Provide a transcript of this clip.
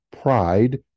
pride